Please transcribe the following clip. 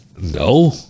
No